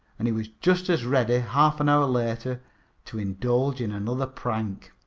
and he was just as ready half an hour later to indulge in another prank.